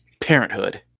parenthood